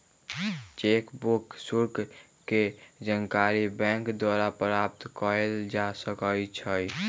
cheque book शुल्क के जानकारी बैंक द्वारा प्राप्त कयल जा सकइ छइ